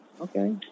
Okay